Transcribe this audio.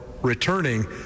returning